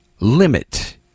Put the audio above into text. limit